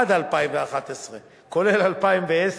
כולל 2010,